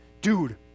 dude